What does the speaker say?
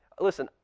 Listen